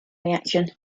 reaction